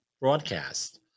broadcast